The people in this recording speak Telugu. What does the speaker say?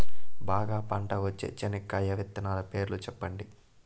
బాగా పంట వచ్చే చెనక్కాయ విత్తనాలు పేర్లు సెప్పండి?